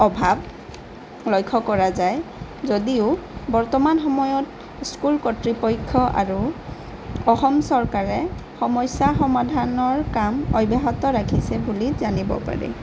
অভাৱ লক্ষ্য কৰা যায় যদিও বৰ্তমান সময়ত স্কুল কৰ্তৃপক্ষ আৰু অসম চৰকাৰে সমস্যা সমাধানৰ কাম অব্যাহত ৰাখিছে বুলি জানিব পাৰি